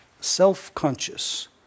self-conscious